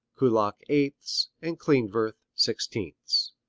kullak eighths and klindworth sixteenths.